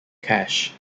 cash